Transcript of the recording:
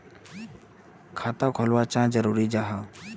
खाता खोलना चाँ जरुरी जाहा?